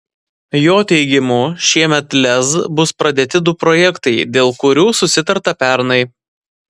jo teigimu šiemet lez bus pradėti du projektai dėl kurių susitarta pernai